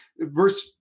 Verse